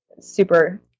super